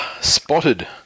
Spotted